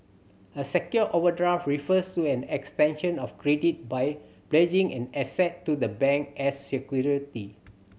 a secured overdraft refers to an extension of credit by pledging an asset to the bank as security